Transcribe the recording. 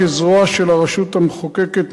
כזרוע של הרשות המחוקקת,